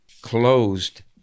closed